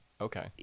Okay